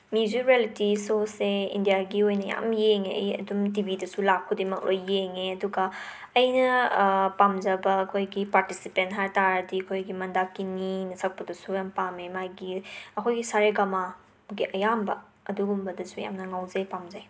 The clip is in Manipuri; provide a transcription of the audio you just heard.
ꯃꯤꯖꯨꯛ ꯔꯦꯜꯂꯤꯇꯤ ꯁꯣꯁꯦ ꯏꯟꯗ꯭ꯌꯥꯒꯤ ꯑꯣꯏꯅ ꯌꯥꯝꯅ ꯌꯦꯡꯉꯦ ꯑꯩ ꯑꯗꯨꯝ ꯇꯤ ꯕꯤꯗꯁꯨ ꯂꯥꯛꯄ ꯈꯨꯗꯤꯡꯃꯛ ꯂꯣꯏꯅ ꯌꯦꯡꯉꯦ ꯑꯗꯨꯒ ꯑꯩꯅ ꯄꯥꯝꯖꯕ ꯑꯩꯈꯣꯏꯒꯤ ꯄꯥꯔꯇꯤꯁꯤꯄꯦꯟ ꯍꯥꯏ ꯇꯔꯗꯤ ꯑꯩꯈꯣꯏꯒꯤ ꯃꯟꯗꯥꯀꯤꯅꯤꯅ ꯁꯛꯄꯗꯨꯁꯨ ꯌꯥꯝꯅ ꯄꯥꯝꯃꯦ ꯃꯥꯒꯤ ꯑꯩꯈꯣꯏꯒꯤ ꯁꯥ ꯔꯦ ꯒ ꯃꯥꯒꯤ ꯑꯌꯥꯝꯕ ꯑꯗꯨꯒꯨꯝꯕꯗꯁꯨ ꯌꯥꯝꯅ ꯉꯥꯎꯖꯩ ꯄꯥꯝꯖꯩ